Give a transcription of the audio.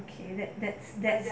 okay that that's that's